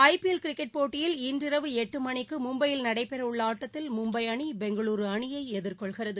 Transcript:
IPL cricket போட்டியில்இன்று இரவு எட்டு மணிக்கு மும்பையில் நடைபெறவுள்ள ஆட்டத்தில் மும்பை அணி பெங்களூரு அணியை எதிர்கொள்கிறது